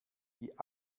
die